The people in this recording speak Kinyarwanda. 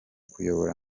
kuyobora